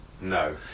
No